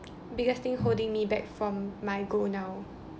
biggest thing holding me back from my goal now